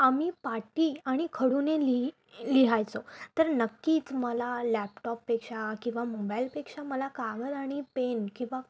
आम्ही पाटी आणि खडूने ली लिहायचो तर नक्कीच मला लॅपटॉपपेक्षा किंवा मोबाईलपेक्षा मला कागद आणि पेन किंवा